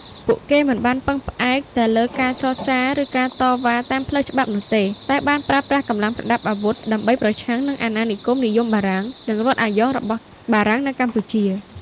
ពួកគេមិនបានពឹងផ្អែកតែលើការចរចា ឬការតវ៉ាតាមផ្លូវច្បាប់នោះទេ តែបានប្រើប្រាស់កម្លាំងប្រដាប់អាវុធដើម្បីប្រឆាំងនឹង អាណានិគមនិយមបារាំង និង រដ្ឋអាយ៉ងរបស់បារាំងនៅកម្ពុជា។